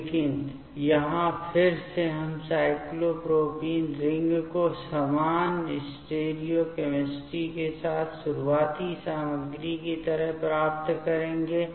लेकिन यहां फिर से हम साइक्लोप्रोपेन रिंग को समान स्टीरियो केमिस्ट्री के साथ शुरुआती सामग्री की तरह प्राप्त करेंगे